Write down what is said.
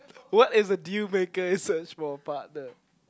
what is the deal maker in search for partner